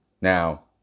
Now